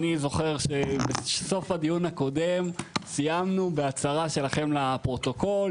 אני זוכר שבסוף הדיון הקודם סיימנו בהצהרה שלכם לפרוטוקול